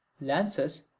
lances